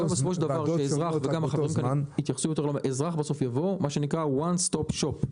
הרעיון בסופו של דבר הוא שאזרח יבוא ל-One stop shop,